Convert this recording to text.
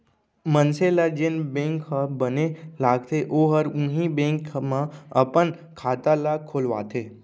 मनसे ल जेन बेंक ह बने लागथे ओहर उहीं बेंक म अपन खाता ल खोलवाथे